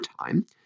time